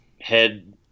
head